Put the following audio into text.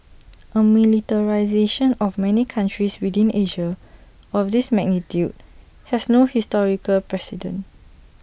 A militarisation of many countries within Asia of this magnitude has no historical president